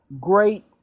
great